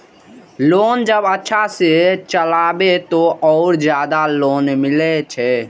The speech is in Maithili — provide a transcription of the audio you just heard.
लोन जब अच्छा से चलेबे तो और ज्यादा लोन मिले छै?